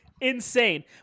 insane